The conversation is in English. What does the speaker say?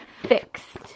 fixed